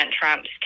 Trump's